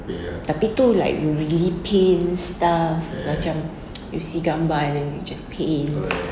tapi tu like you really paint stuff macam you see gambar and you just paint